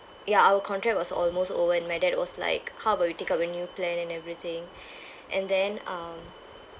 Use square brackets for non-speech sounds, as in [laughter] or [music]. ya our contract was almost over and my dad was like how about we take up a new plan and everything [breath] and then uh